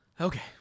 Okay